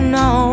no